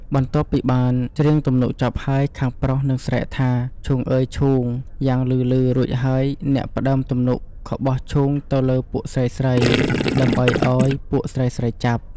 បន្ទាប់ពីបានច្រៀងទំនុកចប់ហើយ ខាងប្រុសនឹង ស្រែកថា «ឈូងអឺយឈូង!» យ៉ាងលឺៗ រួចហើយ អ្នកផ្ដើមទំនុកក៏បោះឈូងទៅលើពួកស្រីៗ ដើម្បីឲ្យ ពួកស្រីៗចាប់។